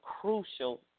crucial